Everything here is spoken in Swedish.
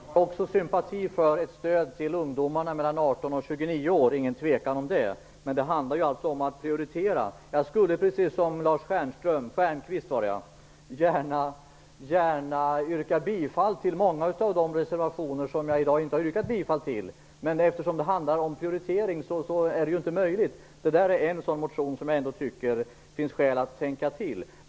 Herr talman! Jag har också sympati för ett stöd till ungdomarna mellan 18 och 29 år. Det råder ingen tvekan om det. Men det handlar ju alltså om att prioritera. Jag skulle precis som Lars Stjernkvist gärna yrka bifall till många av de reservationer som jag i dag inte har yrkat bifall till, men eftersom det handlar om en prioritering är det ju inte möjligt. Detta är en sådan motion som ger skäl att tänka till.